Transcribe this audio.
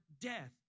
death